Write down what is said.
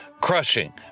crushing